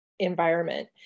environment